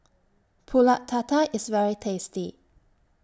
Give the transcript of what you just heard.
Pulut Tatal IS very tasty